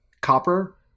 copper